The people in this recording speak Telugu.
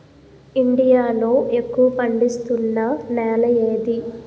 ఇండియా లో ఎక్కువ పండిస్తున్నా నేల ఏది?